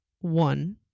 one